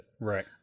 right